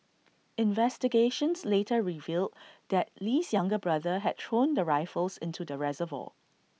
investigations later revealed that Lee's younger brother had thrown the rifles into the reservoir